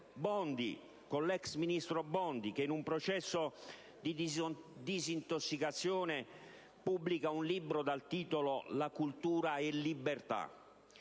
e l'ex ministro Bondi, in un processo di disintossicazione, pubblica un libro dal titolo «La cultura è libertà».